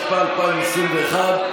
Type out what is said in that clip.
התשפ"א 2021,